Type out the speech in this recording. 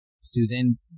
Susan